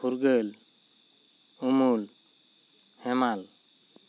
ᱯᱷᱩᱨᱜᱟᱹᱞ ᱩᱢᱩᱞ ᱦᱮᱢᱟᱞ